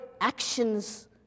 actions